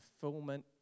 fulfillment